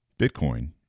Bitcoin